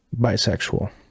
bisexual